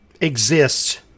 exists